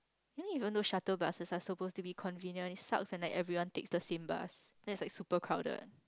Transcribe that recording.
you know even though shuttle buses are supposed to be convenient it sucks and like everyone takes the same bus then it's like super crowded